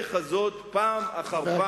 שהדרך הזאת פעם אחר פעם,